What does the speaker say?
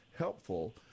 helpful